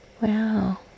wow